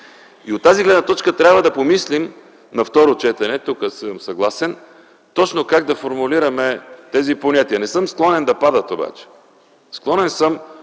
От тази гледна точка трябва да помислим на второ четене, тук съм съгласен, точно как да формулираме тези понятия. Не съм склонен да падат обаче. Склонен съм